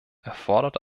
erfordert